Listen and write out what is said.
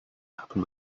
happen